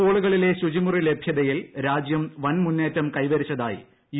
സ്കൂളുകളിലെ ് ശുചിമുറി ലഭൃതയിൽ രാജ്യം വൻ ന് മുന്നേറ്റം കൈവരിച്ചതായി യു